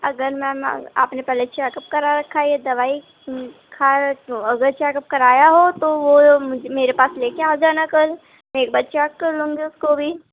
اگر میم آپ نے پہلے چیکپ کرا رکھا ہے یا دوائی کھا رہے تو اگر چیکپ کرایا ہو تو وہ میرے پاس لے کے آ جانا کل میں ایک بار چیک کرلوں گی اس کو بھی